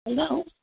Hello